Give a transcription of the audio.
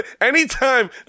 Anytime